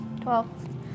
Twelve